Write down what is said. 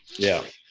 yeah.